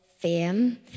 fame